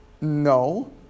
No